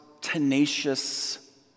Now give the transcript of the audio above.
tenacious